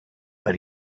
but